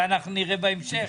זה אנחנו נראה בהמשך.